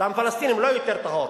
דם פלסטינים לא יותר טהור.